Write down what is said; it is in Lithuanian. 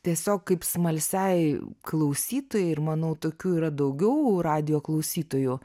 tiesiog kaip smalsiai klausytojai ir manau tokių yra daugiau radijo klausytojų